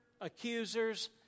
accusers